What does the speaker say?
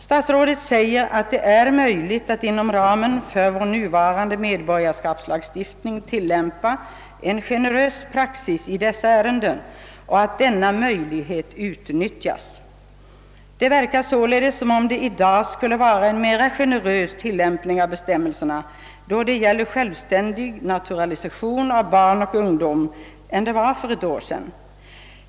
Statsrådet säger att det är möjligt att inom ramen för vår nuvarande medborgarskapslagstiftning tillämpa en generös praxis i dessa ärenden och att denna möjlighet utnyttjas. Det verkar således som om det 1 dag skulle vara en mera generös tilllämpning av bestämmelserna då det gäller självständig naturalisation av barn och ungdom än det var för ett år sedan.